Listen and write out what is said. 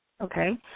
Okay